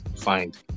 find